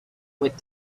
with